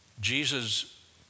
Jesus